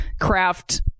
craft